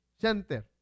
Center